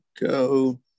go